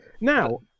Now